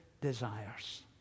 desires